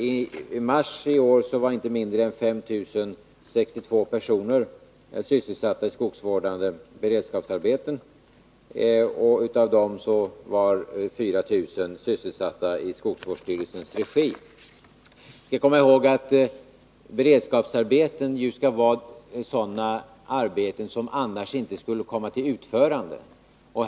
I mars i år var inte mindre än 5 062 personer sysselsatta i skogsvårdande beredskapsarbeten, och av dessa var 4 000 sysselsatta i skogsvårdsstyrelsens regi. Vi skall komma ihåg att beredskapsarbeten skall vara sådana arbeten som annars inte skulle komma till utförande.